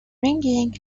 ringing